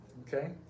Okay